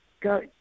Go